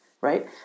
right